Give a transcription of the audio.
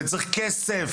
והיא שצריך כסף,